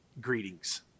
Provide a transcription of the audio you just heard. greetings